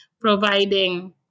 providing